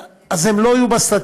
אז הם לא יהיו בסטטיסטיקה,